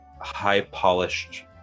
high-polished